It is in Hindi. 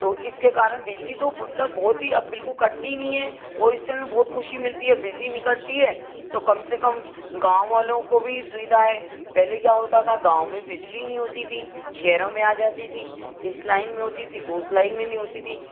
तो इसके कारण बिजली तो मतलब बहुत ही अब बिलकुल कटती ही नहीं है और इससे हमें बहुत ख़ुशी मिलती है बिजली नहीं कटती है तो कम से कम गाँव वालों को भी सुविधा है पहले क्या होता था गाँव में बिजली नहीं होती थी शहरों में आ जाती थी इस लाइन में होती थी तो उस लाइन में नहीं होती थी